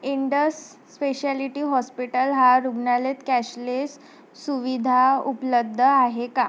Indus speciality hospital हा रुग्णालयात cashless सुविधा उपलब्ध आहे का